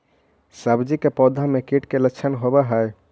सब्जी के पौधो मे कीट के लच्छन होबहय?